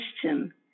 question